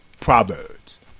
Proverbs